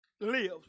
lives